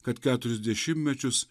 kad keturis dešimtmečius